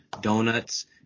donuts